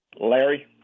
Larry